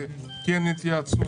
כן יתייעצו,